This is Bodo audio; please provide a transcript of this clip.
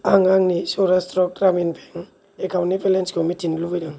आं आंनि सौरास्ट्र ग्रामिन बेंक एकाउन्टनि बेलेन्सखौ मिथिनो लुबैदों